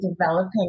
developing